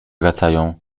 wracają